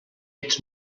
ets